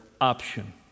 option